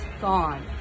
gone